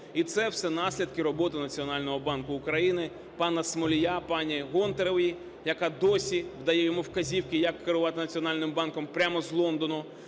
І це все наслідки роботи Національного банку України, пана Смолія, пані Гонтаревої, яка досі дає йому вказівки, як керувати Національним банком, прямо з Лондону,